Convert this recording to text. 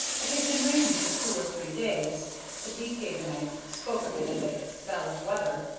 it had been raining for two or three days the deephavenites spoke of it as a spell of weather.